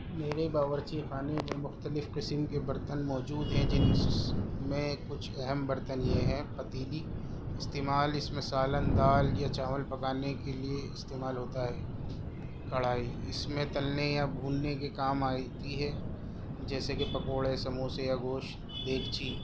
میرے باورچی خانے میں مختلف قسم کے برتن موجود ہیں جن میں کچھ اہم برتن یہ ہیں پتیلی استعمال اس میں سالن دال یا چاول پکانے کے لیے استعمال ہوتا ہے کڑھائی اس میں تلنے یا بھوننے کے کام آتی ہے جیسے کہ پکوڑے سموسے یا گوشت دیگچی